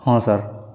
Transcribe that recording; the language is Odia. ହଁ ସାର୍